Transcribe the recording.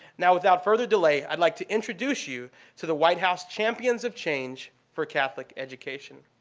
now, without further delay, i'd like to introduce you to the white house champions of change for catholic education.